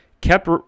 kept